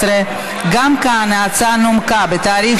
מענק שנתי למקבלי קצבאות מחוץ לארץ),